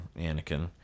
Anakin